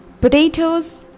Potatoes